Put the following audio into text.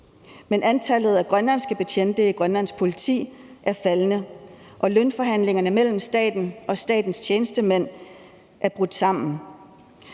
men antallet af grønlandske betjente i Grønlands Politi er faldende, og lønforhandlingerne mellem staten og statens tjenestemænd er brudt sammen.